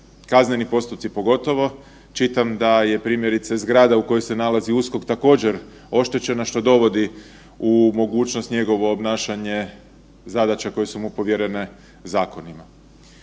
kazneni postupci pogotovo. Čitam da je primjerice zgrada u kojoj se nalazi USKOK također oštećena što dovodi u mogućnost njegovo obnašanje zadaća koje su mu povjerene zakonom.